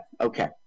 okay